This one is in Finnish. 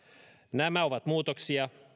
nämä ovat muutoksia